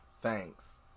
thanks